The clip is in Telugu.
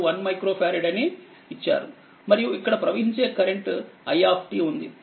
C1మైక్రోఫారడ్ అని ఇచ్చారు మరియుఇక్కడ ప్రవహించే కరెంట్ i ఉంది